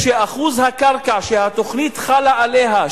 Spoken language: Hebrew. והקרקע שהתוכנית חלה עליה,